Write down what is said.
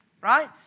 right